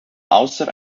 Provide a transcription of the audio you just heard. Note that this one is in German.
außer